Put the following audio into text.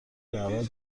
دعوت